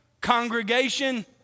congregation